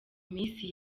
misi